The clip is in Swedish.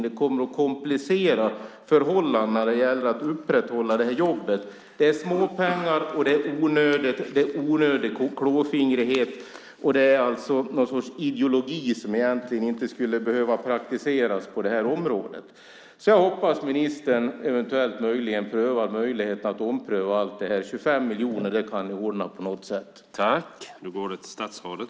Det kommer att komplicera förhållandena när det gäller att upprätthålla jobbet. Det är småpengar, och det är onödig klåfingrighet. Det är fråga om någon sorts ideologi som egentligen inte skulle behöva praktiseras på området. Jag hoppas ministern gör en omprövning av allt detta. 25 miljoner kan ordnas på något sätt.